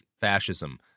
fascism